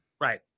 right